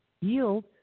yield